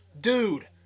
Dude